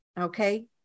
okay